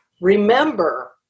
Remember